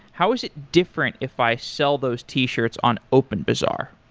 how is it different if i sell those t-shirts on openbazaar?